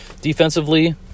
Defensively